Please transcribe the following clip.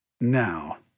Now